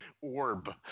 orb